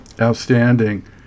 outstanding